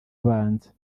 abanza